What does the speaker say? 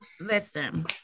Listen